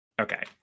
Okay